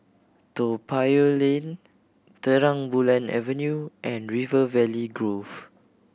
Toa Payoh Lane Terang Bulan Avenue and River Valley Grove